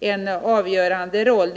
en avgörande roll.